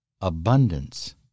abundance